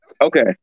Okay